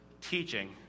teaching